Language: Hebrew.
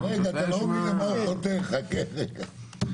אתה לא מבין למה הוא חותר, חכה רגע.